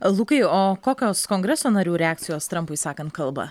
lukai o kokios kongreso narių reakcijos trampui sakant kalbą